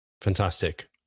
Fantastic